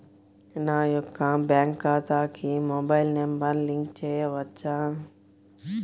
నా యొక్క బ్యాంక్ ఖాతాకి మొబైల్ నంబర్ లింక్ చేయవచ్చా?